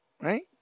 Right